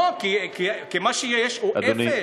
לא, כי מה שיש הוא אפס.